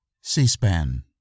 C-SPAN